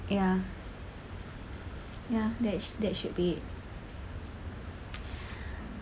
ya ya that that should be it